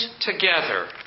together